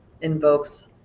invokes